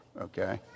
okay